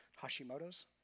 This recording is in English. Hashimoto's